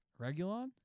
Regulon